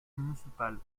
municipale